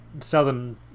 southern